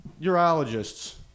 urologists